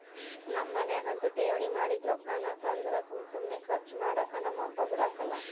ನಮ್ ಮನ್ಯಾಗಂತೂ ಠೇವಣಿ ಮಾಡಿದ್ ರೊಕ್ಕಾನ ತಂದ್ರ ಸುಮ್ ಸುಮ್ನೆ ಕರ್ಚು ಮಾಡಾಕ ನಮ್ ಅಪ್ಪ ಬುಡಕಲ್ಲ